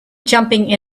jumping